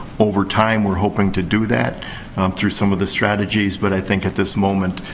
over time, we're hoping to do that through some of the strategies. but, i think, at this moment,